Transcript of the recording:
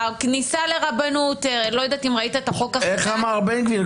הכניסה לרבנות לא יודעת אם ראית את החוק --- איך אמר בן גביר?